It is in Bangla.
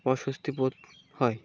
অস্বস্তি বোধ হয়